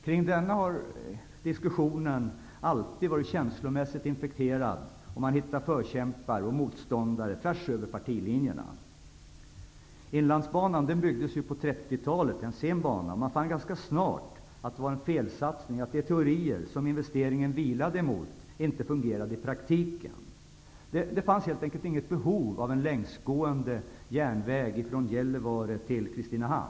Kring denna har diskussionen alltid varit känslomässigt infekterad, och man hittar förkämpar och motståndare tvärs över partilinjerna. Inlandsbanan byggdes på 30-talet. Det är en bana som byggdes sent. Ganska snart fann man att den var en felsatsning, att de teorier som investeringen vilade på inte fungerade i praktiken. Det fanns helt enkelt inget behov av en längsgående järnväg från Gällivare till Kristinehamn.